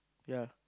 yea